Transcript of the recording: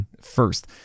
first